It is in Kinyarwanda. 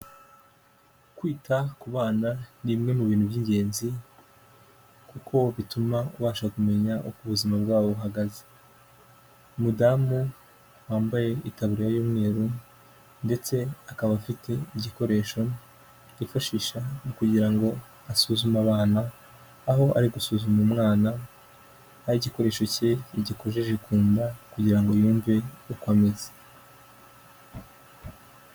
Kwita ku bana ni imwe mu bintu by'ingenzi kuko bituma ubasha kumenya uko ubuzima bwabo buhagaze umudamu wambaye itaburiya y'umweru ndetse akaba afite igikoresho yifashisha mu kugira ngo asuzume abantu aho ari gusuzuma umwana aho igikoresho cye yagikojeje kunda kugira ngo yumve uko ameze.